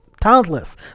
talentless